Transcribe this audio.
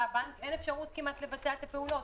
הבנקים אין אפשרות כמעט לבצע את הפעולות.